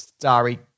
starry